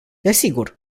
desigur